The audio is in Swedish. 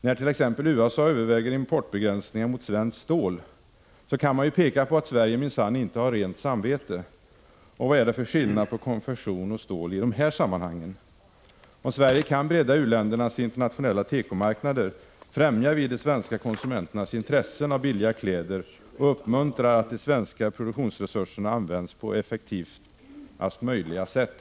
När t.ex. USA överväger importbegränsningar mot svenskt stål, kan man ju peka på att Sverige minsann inte har rent samvete. Och vad är det för skillnad på konfektion och stål i de här sammanhangen? Om Sverige kan bredda u-ländernas internationella tekomarknader, främjar vi de svenska konsumenternas intressen av billiga kläder och uppmuntrar till att de svenska produktionsresurserna används på effektivast möjliga sätt.